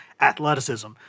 athleticism